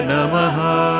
Namaha